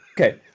okay